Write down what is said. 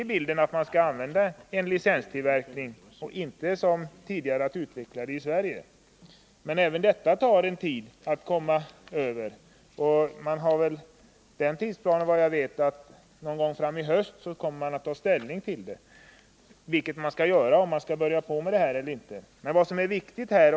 I bilden finns möjligheten att använda licenstillverkning i stället för, såsom tidigare, utveckling i Sverige. Men även detta tar tid, och enligt tidsplanen kommer man väl först någon gång fram i höst att ta ställning — om man skall börja med en sådan tillverkning eller inte.